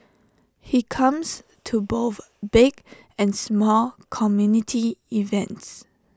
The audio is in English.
he comes to both big and small community events